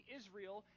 israel